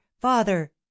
father